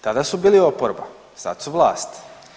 Tada su bili oporba, sad su vlast.